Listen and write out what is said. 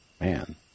Man